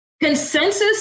Consensus